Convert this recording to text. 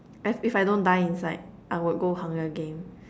if I don't die inside I will go hunger games